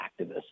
activists